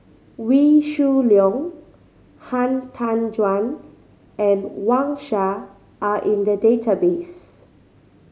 Wee Shoo Leong Han Tan Juan and Wang Sha are in the database